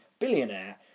billionaire